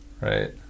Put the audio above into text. Right